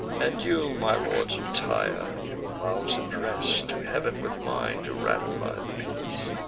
and you, my lords of tyre, your vows address to heav'n with mine, to ratify the peace.